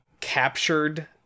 captured